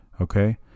okay